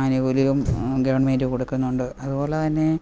ആനുകൂല്യം ഗവൺമേൻ്റ് കൊടുക്കുന്നുണ്ട് അതുപോലെതന്നെ